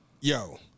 Yo